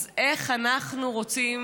אז איך אנחנו רוצים,